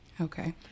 Okay